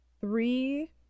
three